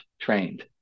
trained